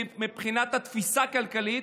מבחינת התפיסה הכלכלית,